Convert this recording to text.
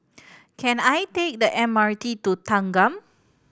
can I take the M R T to Thanggam